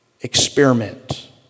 Experiment